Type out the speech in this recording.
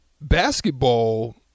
basketball